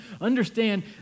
understand